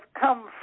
come